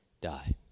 die